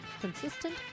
Consistent